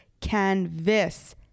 Canvas